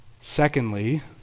Secondly